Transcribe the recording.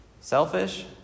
Selfish